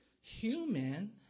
human